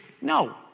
No